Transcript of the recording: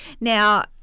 now